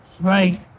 right